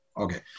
Okay